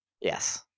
Yes